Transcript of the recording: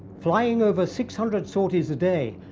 flying over six hundred sorties a day,